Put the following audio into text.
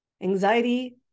Anxiety